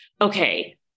okay